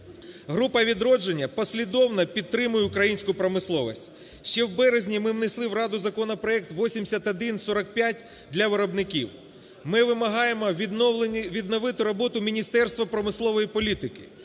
Група "Відродження" послідовно підтримує українську промисловість. Ще в березні ми внесли в Раду законопроект 8145 для виробників. Ми вимагаємо відновлення, відновити роботу Міністерства промислової політики,